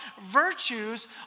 virtues